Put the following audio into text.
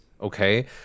okay